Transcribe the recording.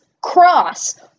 cross